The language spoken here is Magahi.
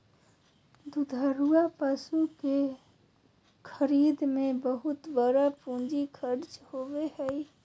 दुधारू पशु के खरीद में बहुत बड़ा पूंजी खर्च होबय हइ